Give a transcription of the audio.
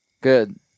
Good